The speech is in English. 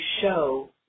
show